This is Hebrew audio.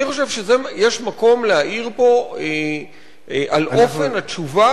אני חושב שיש מקום להעיר פה על אופן התשובה